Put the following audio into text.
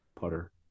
putter